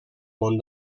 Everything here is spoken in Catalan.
món